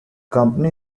company